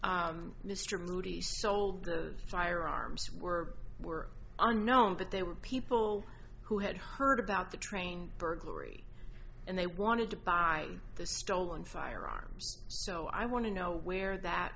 mr moody sold firearms were were unknown but there were people who had heard about the train burglary and they wanted to buy the stolen firearms so i want to know where that